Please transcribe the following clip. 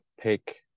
pick